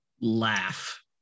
laugh